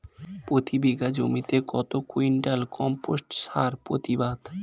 প্রতি বিঘা জমিতে কত কুইন্টাল কম্পোস্ট সার প্রতিবাদ?